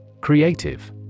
Creative